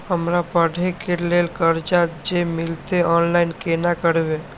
हमरा पढ़े के लेल कर्जा जे मिलते ऑनलाइन केना करबे?